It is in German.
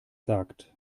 sagt